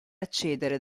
accedere